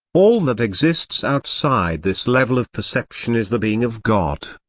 all that exists outside this level of perception is the being of god.